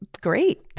Great